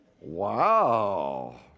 Wow